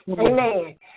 Amen